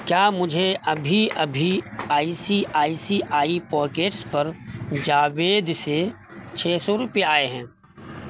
کیا مجھے ابھی ابھی I C I C I pockets پر جاوید سے چھ سو روپے آئے ہیں